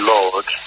Lord